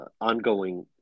ongoing